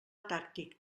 tàctic